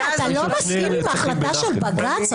אתה לא מסכים עם ההחלטה של בג"ץ.